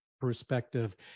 perspective